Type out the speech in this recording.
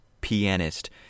pianist